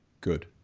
good